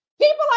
People